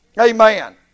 Amen